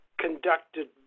conducted